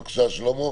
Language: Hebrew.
בבקשה, שלמה.